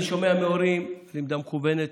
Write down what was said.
אני שומע מהורים על למידה מקוונת.